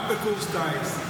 גם בקורס טיס,